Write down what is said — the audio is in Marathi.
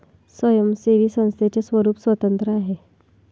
स्वयंसेवी संस्थेचे स्वरूप स्वतंत्र आहे